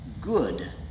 good